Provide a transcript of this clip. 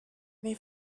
they